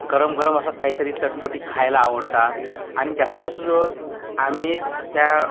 गरमगरम असा काहीतरी चटपटीत खायला आवडतं आणि जास्तीत जास्त तर आम्ही त्या